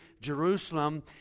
Jerusalem